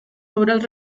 obras